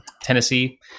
Tennessee